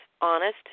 honest